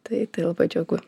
tai tai labai džiugu